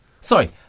Sorry